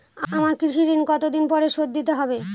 আমার কৃষিঋণ কতদিন পরে শোধ দিতে হবে?